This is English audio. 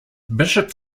bishop